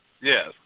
Yes